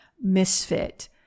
misfit